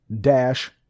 dash